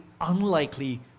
unlikely